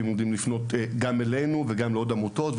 הם יודעים לפנות אלינו וגם לעוד עמותות,